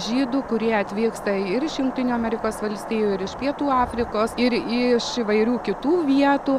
žydų kurie atvyksta ir iš jungtinių amerikos valstijų ir iš pietų afrikos ir iš įvairių kitų vietų